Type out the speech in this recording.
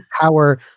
power